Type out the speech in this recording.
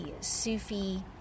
Sufi